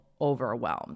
overwhelmed